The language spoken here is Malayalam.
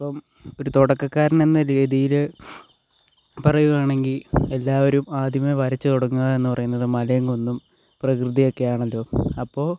ഇപ്പം ഒരു തുടക്കകാരൻ എന്ന രീതിയിൽ പറയുകയാണെങ്കിൽ എല്ലാവരും ആദ്യമേ വരച്ച് തുടങ്ങുക എന്ന് പറയുന്നത് മലയും കുന്നും പ്രകൃതിയൊക്കെ ആണല്ലോ അപ്പോൾ